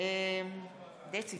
האם